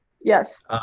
Yes